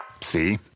See